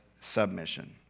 submission